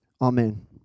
Amen